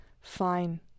Fine